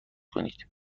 کنید